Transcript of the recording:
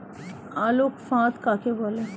আলোক ফাঁদ কাকে বলে?